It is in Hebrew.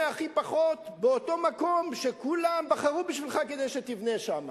הכי פחות באותו מקום שכולם בחרו בך כדי שתבנה שם.